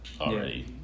already